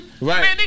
Right